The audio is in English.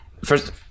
first